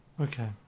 Okay